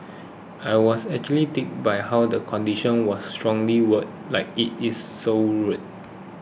I was actually tickled by how the condition was strongly worded like it is so rude